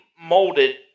molded